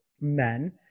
men